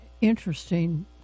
interesting